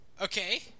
Okay